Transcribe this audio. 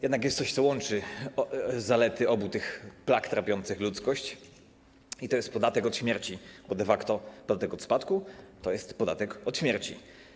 Jednak jest coś, co łączy zalety obu tych plag trapiących ludzkość, i to jest podatek od śmierci, bo de facto podatek od spadku to jest podatek od śmierci.